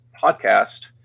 podcast